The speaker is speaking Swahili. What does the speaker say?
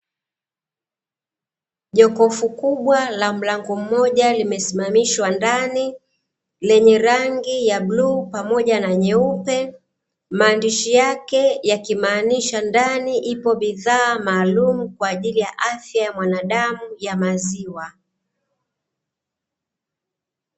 Jokofu kubwa la mlango mmoja, limesimamishwa ndani, lenye rangi ya bluu pamoja na nyeupe, maandishi yake yakimaanisha ndani ipo bidhaa maalumu kwa ajili ya afya ya mwanadamu ya maziwa.